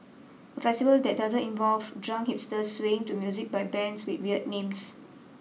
a festival that doesn't involve drunk hipsters swaying to music by bands with weird names